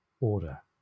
order